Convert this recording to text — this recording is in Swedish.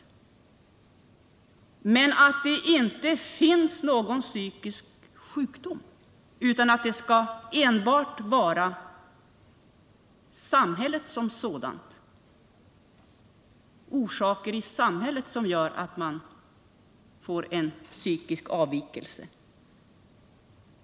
Däremot kan jag inte hålla med om att det inte skulle finnas någon psykisk sjukdom utan att det enbart skulle vara samhället som sådant, orsaker i samhället, som gör att man får en psykisk avvikelse.